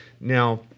now